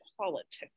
politics